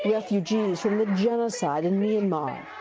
yeah refugees from the genocide in myanmar.